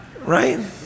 Right